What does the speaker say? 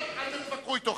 אל תתווכחו אתו.